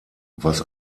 was